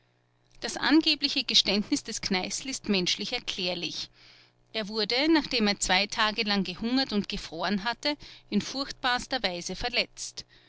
das angebliche geständnis des kneißl ist menschlich erklärlich er wurde nachdem er zwei tage lang gehungert und gefroren hatte in furchtbarster weise verletzt